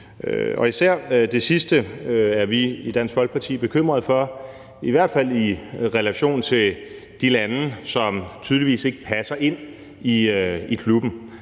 især det sidste er vi i Dansk Folkeparti bekymret for, i hvert fald i relation til de lande, som tydeligvis ikke passer ind i klubben.